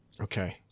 Okay